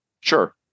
Sure